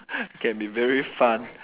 it can be very fun